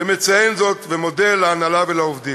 מציין זאת ומודה להנהלה ולעובדים.